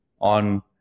on